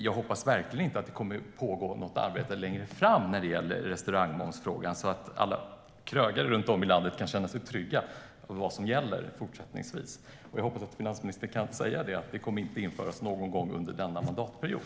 Jag hoppas verkligen att det inte kommer att pågå något arbete längre fram när det gäller restaurangmomsfrågan, så att alla krögare runt om i landet kan känna sig trygga med vad som gäller fortsättningsvis. Jag hoppas att finansministern kan säga att det inte kommer att införas någon höjning under denna mandatperiod.